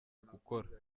gukora